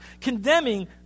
condemning